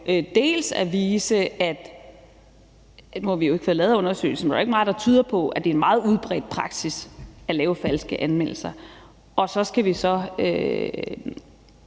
der tyder på, at det er en meget udbredt praksis at lave falske anmeldelser